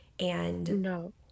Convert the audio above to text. No